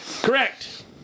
Correct